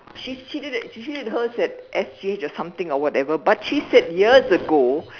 she she did it she did it hers at S_G_H or something or whatever but she said years ago